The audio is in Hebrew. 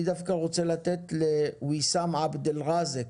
אני דווקא רוצה לתת לוויסאם עבד אל ראזק,